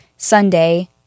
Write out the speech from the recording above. Sunday